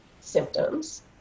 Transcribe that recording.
symptoms